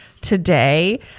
today